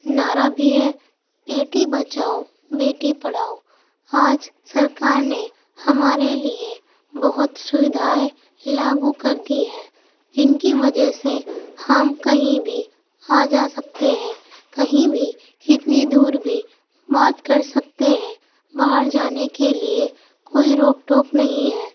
نعرہ بھی ہے بیٹی بچاؤ بیٹی پڑھاؤ آج سرکار نے ہمارے لیے بہت سودھائیں لاگو کر دی ہے جن کی وجہ سے ہم کہیں بھی آ جا سکتے ہیں کہیں بھی کتنی دور بھی بات کر سکتے ہیں باہر جانے کے لیے کوئی روک ٹوک نہیں ہے